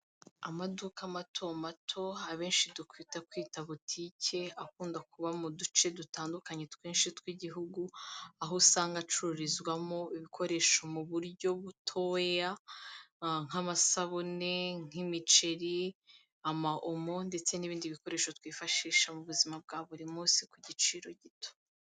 Amaduka mato mato abenshi dukwi kwita butike akunda kuba mu duce dutandukanye twinshi tw'igihugu, aho usanga acururizwamo ibikoresho mu buryo butoya nk'amasabune nk'imiceri, amaomo ndetse n'ibindi bikoresho twifashisha mu buzima bwa buri munsi ku giciro gito.